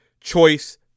choice